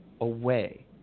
away